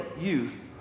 youth